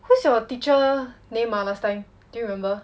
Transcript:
who's your teacher name ah last time do you remember